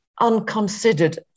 unconsidered